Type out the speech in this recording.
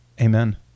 Amen